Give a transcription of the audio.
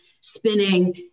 spinning